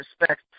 respect